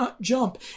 jump